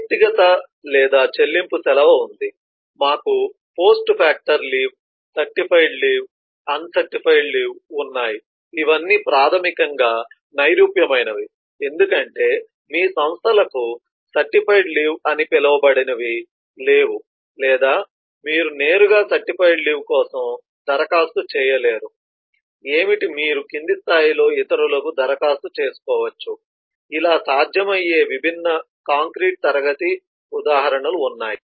మాకు వ్యక్తిగత లేదా చెల్లింపు సెలవు ఉంది మాకు post factor leave certified leave uncertified leave ఉన్నాయి ఇవన్నీ ప్రాథమికంగా నైరూప్యమైనవి ఎందుకంటే మీ సంస్థలకు సర్టిఫైడ్ లీవ్ అని పిలవబడనివి లేవు లేదా మీరు నేరుగా సర్టిఫైడ్ లీవ్ కోసం దరఖాస్తు చేయలేరు ఏమిటి మీరు కింద స్థాయిలో ఇతరులకు దరఖాస్తు చేసుకోవచ్చు ఇలా సాధ్యమయ్యే విభిన్న కాంక్రీట్ క్లాస్ ఉదాహరణలు ఉంటాయి